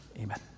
amen